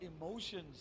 emotions